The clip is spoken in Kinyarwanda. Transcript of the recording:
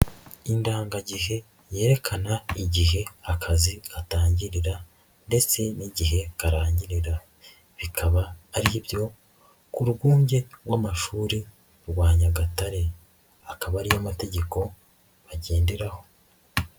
Indangagihe yerekana igihe akazi gatangirira ndetse n'igihe karangirira, bikaba ari ibyo ku rwunge rw'amashuri rwa Nyagatare, akaba ariyo mategeko bagenderaho.